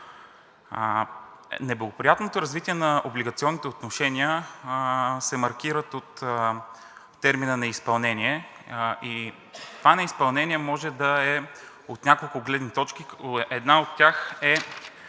Неблагоприятното развитие на облигационните отношения се маркира от термина на изпълнение и това неизпълнение може да е от няколко гледни точки, като една от тях е